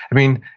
i mean,